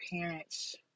parents